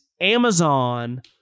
Amazon